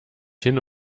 hin